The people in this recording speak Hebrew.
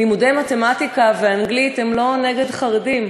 לימודי מתמטיקה ואנגלית הם לא נגד חרדים.